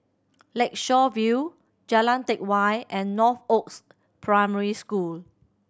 Lakeshore View Jalan Teck Whye and Northoaks Primary School